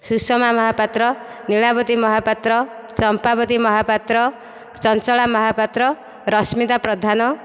Sushma Mohapatra Nilabati Mohapatra Champabati Mohapatra Chanchala Mohapatra Rashmita Pradhan